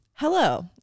Hello